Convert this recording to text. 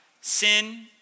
sin